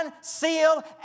seal